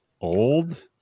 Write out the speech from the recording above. Old